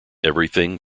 everything